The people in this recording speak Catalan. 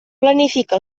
planifica